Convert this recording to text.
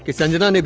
sanjana,